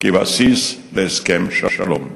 כבסיס להסכם שלום.